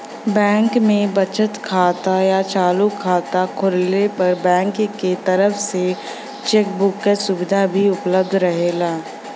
bank में बचत खाता या चालू खाता खोलले पर बैंक के तरफ से चेक बुक क सुविधा भी उपलब्ध रहेला